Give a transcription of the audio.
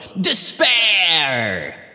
despair